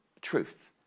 truth